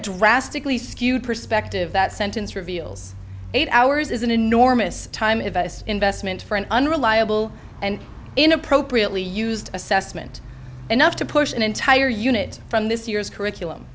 drastically skewed perspective that sentence reveals eight hours is an enormous time investment for an unreliable and in appropriately used assessment enough to push an entire unit from this year's curriculum